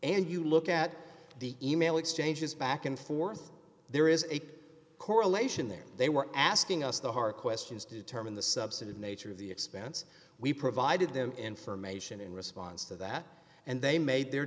and you look at the e mail exchanges back and forth there is a correlation there they were asking us the hard questions determine the substantive nature of the expense we provided them information in response to that and they made their